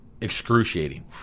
Excruciating